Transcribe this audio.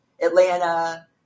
Atlanta